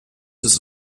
ist